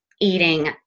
eating